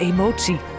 Emotie